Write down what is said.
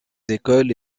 écoles